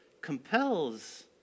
compels